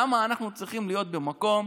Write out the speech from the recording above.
למה אנחנו צריכים להיות במקום,